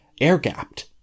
air-gapped